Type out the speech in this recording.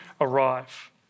arrive